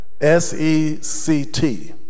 S-E-C-T